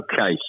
Okay